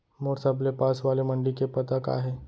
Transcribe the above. मोर सबले पास वाले मण्डी के पता का हे?